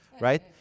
right